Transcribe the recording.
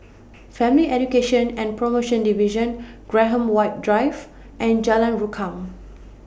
Family Education and promotion Division Graham White Drive and Jalan Rukam